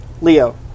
Leo